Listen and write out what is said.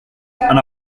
han